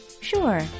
Sure